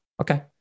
Okay